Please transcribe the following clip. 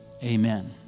Amen